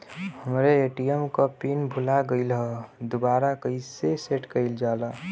हमरे ए.टी.एम क पिन भूला गईलह दुबारा कईसे सेट कइलजाला?